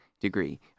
degree